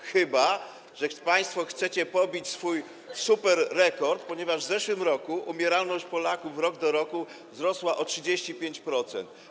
Chyba że państwo chcecie pobić swój superrekord - w zeszłym roku umieralność Polaków rok do roku wzrosła o 35%.